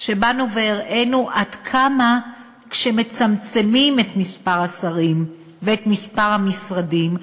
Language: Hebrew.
באנו והראינו עד כמה כשמצמצמים את מספר השרים ואת מספר המשרדים,